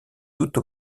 toute